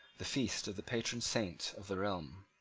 the feast of the patron saint of the realm.